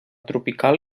tropical